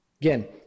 Again